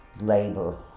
labor